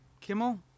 Kimmel